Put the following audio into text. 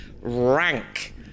Rank